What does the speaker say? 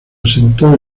asentó